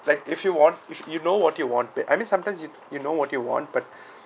like if you want if you know what you want but I mean sometimes you you know what you want but